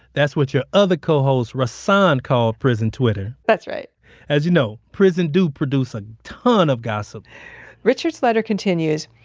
that's what your other co-host rahsaan called prison twitter. that's right as you know, prison do produce a ton of gossip richard's letter continues,